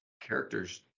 characters